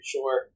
Sure